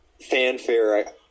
Fanfare